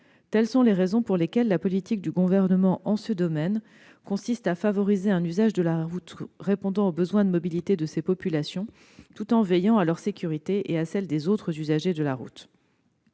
Telles sont les raisons pour lesquelles la politique du Gouvernement en ce domaine consiste à favoriser un usage de la route répondant aux besoins de mobilité de ces populations, tout en veillant à leur sécurité et à celles des autres usagers. En liaison